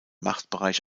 machtbereich